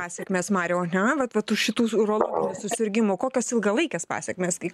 pasekmės mariau ane vat vat už šitų visų urologinių susirgimų kokios ilgalaikės pasekmės kai